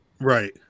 right